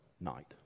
night